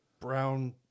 brown